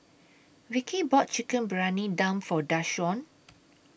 Vicky bought Chicken Briyani Dum For Dashawn